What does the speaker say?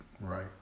Right